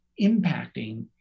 impacting